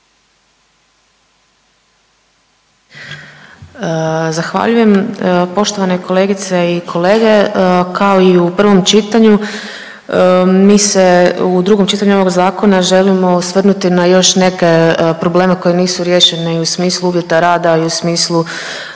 Zahvaljujem. Poštovane kolegice i kolege, kao i u prvom čitanju mi se u drugom čitanju ovog zakona želimo osvrnuti na još neke probleme koji nisu riješeni u smislu uvjeta rada i u smislu